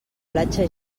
platja